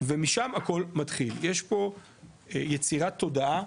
ומשם הכול מתחיל, יש פה יצירת תודעה,